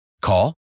Call